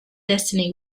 destiny